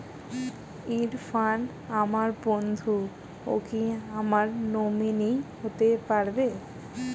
ইরফান আমার বন্ধু ও কি আমার নমিনি হতে পারবে?